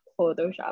photoshop